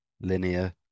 linear